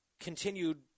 continued